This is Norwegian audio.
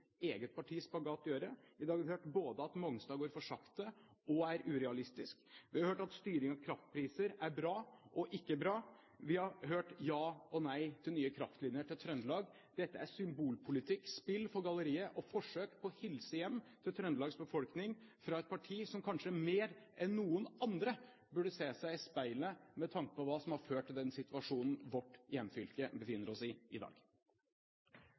eget partis spagat gjøre. I dag har vi hørt at Mongstad går for sakte og er urealistisk, vi har hørt at styringen av kraftpriser er bra og ikke bra, og vi har hørt ja og nei til nye kraftlinjer til Trøndelag. Dette er symbolpolitikk, et spill for galleriet og et forsøk på å hilse hjem til Trøndelags befolkning fra et parti som kanskje mer enn noen andre burde se seg i speilet med tanke på hva som har ført til denne situasjonen vårt hjemfylke befinner seg i i dag.